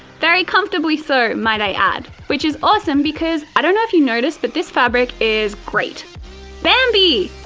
very comfortably so, might i add. which is awesome because i don't know if you noticed but this fabric is great bambi!